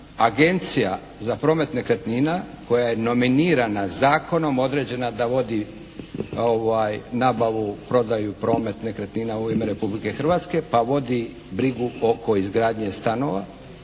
Agencija za promet nekretnina koja je nominirana zakon određena da vodi nabavu, prodaju i promet nekretnina u ime Republike Hrvatske pa vodi brigu oko izgradnje stanova,